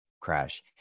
crash